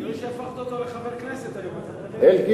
אני רואה שהפכת אותו לחבר הכנסת, אלקין,